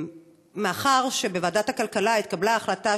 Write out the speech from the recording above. מאחר שבוועדת הכלכלה התקבלה החלטה